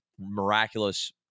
miraculous